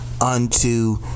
unto